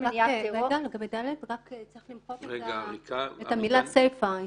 צריך למחוק את המילה "סיפה".